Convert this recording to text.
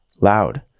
loud